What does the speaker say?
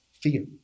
fear